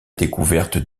découverte